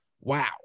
Wow